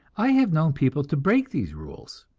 i have known people to break these rules.